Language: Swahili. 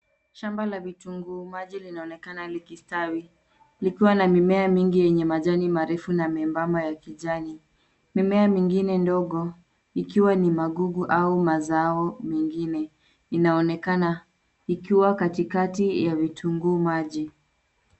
Shamba la vitunguu maji lanaonekana likistawi likiwa na mimea mingi na majani marefu na membamba ya kijani. Mimea mingine ndogo ikiwa ni magugu au mazao mengine inaonekana ikiwa katikati ya vitunguu maji.